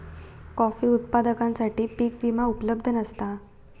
coffee उत्पादकांसाठी पीक विमा उपलब्ध नसता